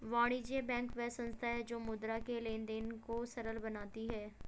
वाणिज्य बैंक वह संस्था है जो मुद्रा के लेंन देंन को सरल बनाती है